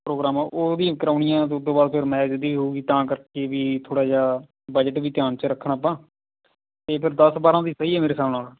programme ਉਹ ਵੀ ਕਰਵਾਉਣੀਆਂ ਅਤੇ ਉੱਦੋਂ ਬਾਅਦ ਫਿਰ ਮੈਰਿਜ ਦੀ ਹੋ ਗਈ ਤਾਂ ਕਰਕੇ ਵੀ ਥੋੜ੍ਹਾ ਜਿਹਾ ਬਜਟ ਵੀ ਧਿਆਨ 'ਚ ਰੱਖਣਾ ਆਪਾਂ ਅਤੇ ਫਿਰ ਦਸ ਬਾਰਾਂ ਦੀ ਸਹੀ ਆ ਮੇਰੇ ਹਿਸਾਬ ਨਾਲ